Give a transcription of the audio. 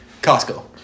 Costco